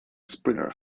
sprinter